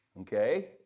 okay